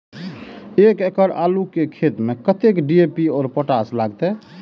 एक एकड़ आलू के खेत में कतेक डी.ए.पी और पोटाश लागते?